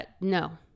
No